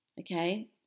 Okay